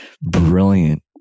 brilliant